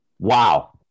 Wow